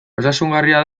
osasungarria